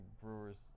brewers